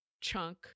chunk